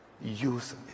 Use